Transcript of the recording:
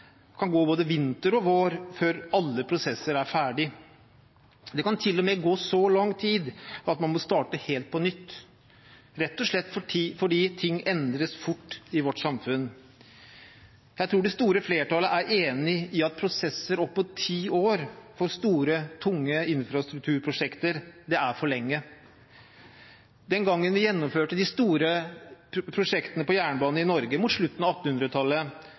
kan gå både vinter og vår før alle prosesser er ferdig. Det kan til og med gå så lang tid at man må starte helt på nytt, rett og slett fordi ting endres fort i vårt samfunn. Jeg tror det store flertallet er enig i at prosesser opp mot ti år for store, tunge infrastrukturprosjekter er for lenge. Den gangen vi gjennomførte de store jernbaneprosjektene i Norge, mot slutten av